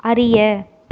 அறிய